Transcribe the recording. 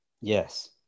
Yes